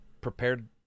prepared